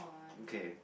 okay